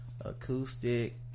acoustic